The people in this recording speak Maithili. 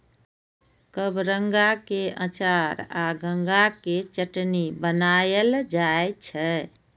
कबरंगा के अचार आ गंगा के चटनी बनाएल जाइ छै